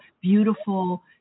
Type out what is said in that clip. beautiful